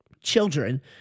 children